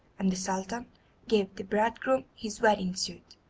and the sultan gave the bridegroom his wedding suit,